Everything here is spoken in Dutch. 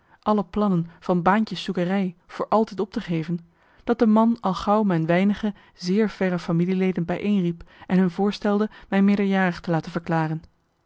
alle plannen van baantjes zoekerij voor altijd op te geven dat de man al gauw mijn weinige zeer verre familieleden bijeenriep en hun voorstelde mij meerderjarig te laten verklaren